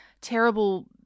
terrible